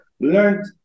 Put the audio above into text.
learned